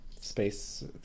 space